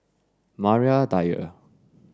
Maria Dyer